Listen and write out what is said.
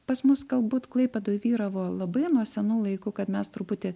pas mus galbūt klaipėdoj vyravo labai nuo senų laikų kad mes truputį